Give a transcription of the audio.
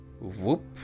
whoop